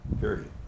Period